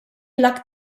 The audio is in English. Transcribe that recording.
locked